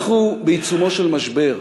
אנחנו בעיצומו של משבר,